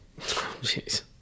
Jeez